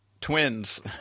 twins